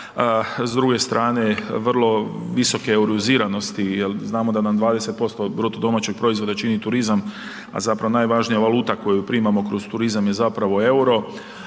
s druge strane vrlo visoke euroiziranosti jel znamo da nam 20% BDP-a čini turizam, a zapravo najvažnija valuta koju primamo kroz turizam je zapravo EUR-o,